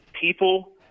people